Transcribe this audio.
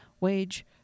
wage